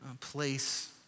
place